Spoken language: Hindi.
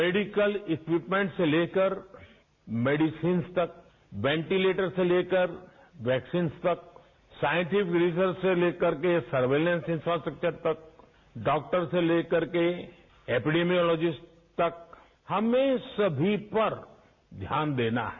मेडिकल इक्विपमेंट से लेकर मेडिसिन्च तक वेंटीलेटर से लेकर वैक्सीकन्स तक साइंटिफिक रीजन से लेकर के सर्विलेंस इन्फ्रास्ट्रक्चर तक डॉक्टर से लेकर करके एपिडिमीयोलॉजिस्ट तक हमें सभी पर ध्यान देना है